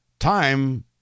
Time